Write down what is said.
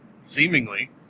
seemingly